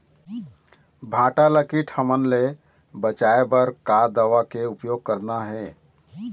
भांटा ला कीट हमन ले बचाए बर का दवा के उपयोग करना ये?